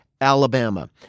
Alabama